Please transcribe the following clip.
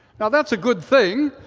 now that's a good thing,